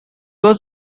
was